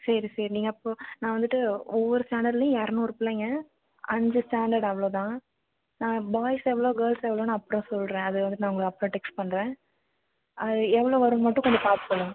சரி சரி நீங்கள் அப்போ நான் வந்துட்டு ஒவ்வொரு ஸ்டாண்டர்ட்லேயும் இரநூறு பிள்ளைங்க அஞ்சு ஸ்டாண்டர்ட் அவ்வளோ தான் பாய்ஸ் எவ்வளோ கேர்ள்ஸ் எவ்வளோன்னு அப்றம் சொல்கிறேன் அது வந்துட்டு நான் உங்களுக்கு அப்றம் டெக்ஸ்ட் பண்ணுறேன் அது எவ்வளோ வருன்னு மட்டும் கொஞ்சம் பார்த்து சொல்லுங்கள்